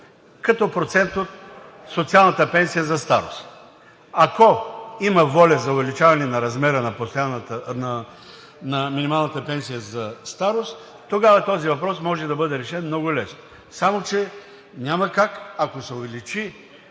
като процент от социалната пенсия за старост. Ако има воля за увеличаване на размера на минималната пенсия за старост, тогава този въпрос може да бъде решен много лесно. Ако се увеличи